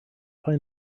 find